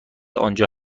آنجا